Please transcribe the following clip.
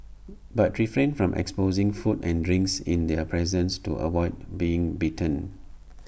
but refrain from exposing food and drinks in their presence to avoid being bitten